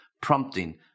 prompting